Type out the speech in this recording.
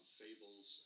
fables